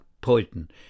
poison